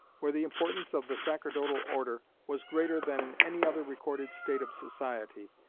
where the importance of the sacerdotal order was greater than in any other recorded state of society,